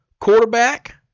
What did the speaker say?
Quarterback